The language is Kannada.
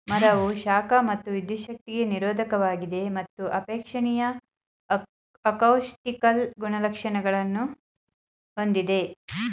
ಮರವು ಶಾಖ ಮತ್ತು ವಿದ್ಯುಚ್ಛಕ್ತಿಗೆ ನಿರೋಧಕವಾಗಿದೆ ಮತ್ತು ಅಪೇಕ್ಷಣೀಯ ಅಕೌಸ್ಟಿಕಲ್ ಗುಣಲಕ್ಷಣಗಳನ್ನು ಹೊಂದಿದೆ